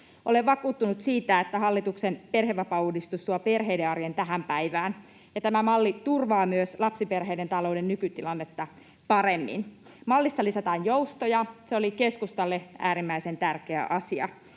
Olen vakuuttunut siitä, että hallituksen perhevapaauudistus tuo perheiden arjen tähän päivään, ja tämä malli turvaa myös lapsiperheiden talouden nykytilannetta paremmin. Mallissa lisätään joustoja, se oli keskustalle äärimmäisen tärkeä asia.